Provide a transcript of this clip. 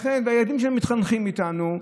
והילדים שלהם מתחנכים איתנו,